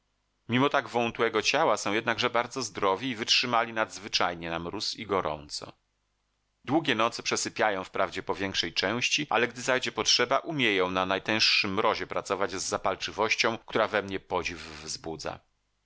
mimo tak wątłego ciała są jednakże bardzo zdrowi i wytrzymali nadzwyczajnie na mróz i gorąco długie noce przesypiają wprawdzie po większej części ale gdy zajdzie potrzeba umieją na najtęższym mrozie pracować z zapalczywością która we mnie podziw wzbudza